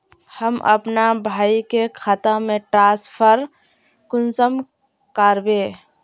हम अपना भाई के खाता में ट्रांसफर कुंसम कारबे?